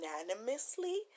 unanimously